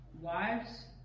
Wives